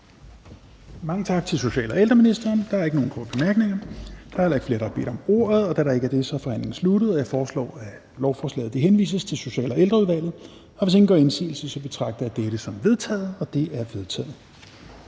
Mange tak til social- og ældreministeren. Der er ikke nogen korte bemærkninger. Da der heller ikke er flere, der har bedt om ordet, er forhandlingen sluttet. Jeg foreslår, at lovforslaget henvises til Social- og Ældreudvalget, og hvis ingen gør indsigelse, betragter jeg dette som vedtaget. Det er vedtaget.